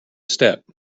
step